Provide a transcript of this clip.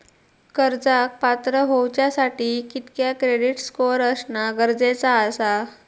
कर्जाक पात्र होवच्यासाठी कितक्या क्रेडिट स्कोअर असणा गरजेचा आसा?